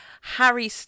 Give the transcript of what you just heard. harry